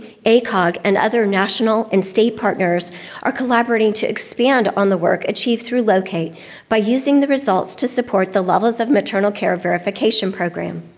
acog, and other national and state partners are collaborating to expand on the work achieved through locate by using the results to support the levels of maternal care verification program.